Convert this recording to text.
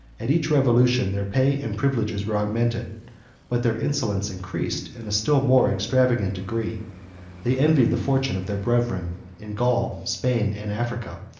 at each revolution, their pay and privileges were augmented but their insolence increased in a still more extravagant degree they envied the fortune of their brethren in gaul, spain, and africa,